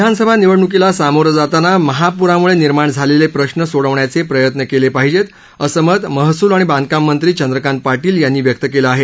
विधानसभा निवडणुकीला सामोरं जाताना महापुरामुळे निर्माण झालेले प्रश्न सोडवण्याचे प्रयत्न केले पाहिजेत असे मत महसूल आणि बांधकाममंत्री चंद्रकांत पाटील यांनी व्यक्त केलं आहे